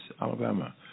Alabama